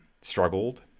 struggled